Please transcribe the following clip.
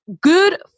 good